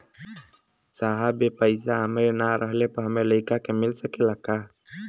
साहब ए पैसा हमरे ना रहले पर हमरे लड़का के मिल सकेला का?